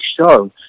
show